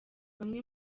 bamwe